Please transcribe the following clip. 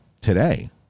today